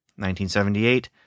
1978